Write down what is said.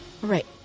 Right